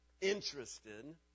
interested